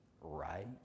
right